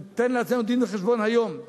ניתן לעצמנו דין-וחשבון היום,